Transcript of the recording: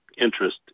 interest